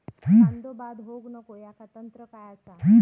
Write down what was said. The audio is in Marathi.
कांदो बाद होऊक नको ह्याका तंत्र काय असा?